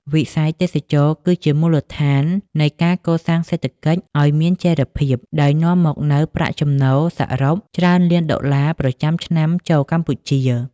វិស័យទេសចរណ៍គឺជាមូលដ្ឋាននៃការកសាងសេដ្ឋកិច្ចឪ្យមានចីរភាព ដោយនាំមកនូវប្រាក់ចំណូលសរុបច្រើនលានដុល្លារប្រចាំឆ្នាំចូលកម្ពុជា។